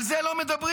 על זה לא מדברים.